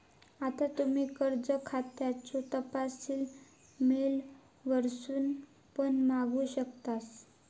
आता तुम्ही कर्ज खात्याचो तपशील मेल वरसून पण मागवू शकतास